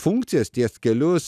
funkcijas tiest kelius